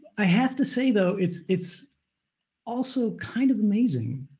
i have to say though, it's it's also kind of amazing,